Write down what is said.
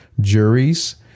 juries